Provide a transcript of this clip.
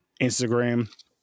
Instagram